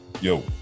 Yo